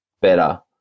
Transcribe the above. better